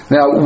Now